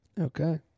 Okay